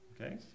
okay